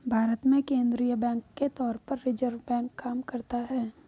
भारत में केंद्रीय बैंक के तौर पर रिज़र्व बैंक काम करता है